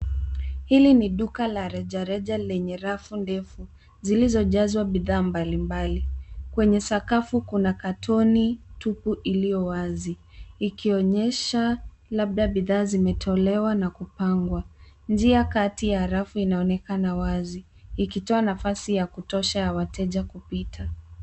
Hili ni duka la rejareja lenye rafu ndefu zilizojazwa bidhaa mbalimbali. Kwenye sakafu kuna katoni tupu iliyowazi ikionyesha labda bidhaa zimetolewa na kupangwa. njia kati ya rafu inaonekana wazi ikitoa nafasi ya kutosha ya wateja kupita.